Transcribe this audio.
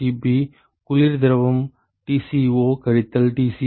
mdot Cp குளிர் திரவம் Tco கழித்தல் Tci